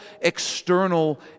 external